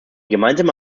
gemeinsame